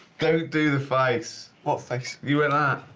don't do the face. what face? you and